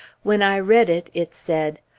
when i read it, it said,